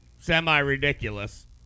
semi-ridiculous